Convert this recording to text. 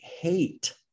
hate